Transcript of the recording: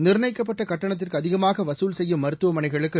நிர்ணயிக்கப்பட்ட கட்டணத்திற்கு அதிகமாக வகுல் செய்யும் மருத்துவமனைகளுக்கு